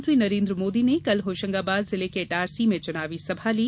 प्रधानमंत्री नरेन्द्र मोदी ने कल होशंगाबाद जिले के इटारसी में चुनावी सभा ली